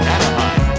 Anaheim